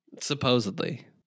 Supposedly